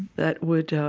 that would